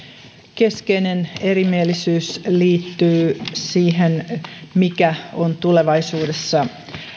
keskeinen erimielisyys liittyy siihen mikä on tulevaisuudessa